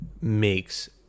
makes